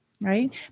right